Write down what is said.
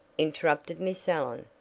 interrupted miss allen.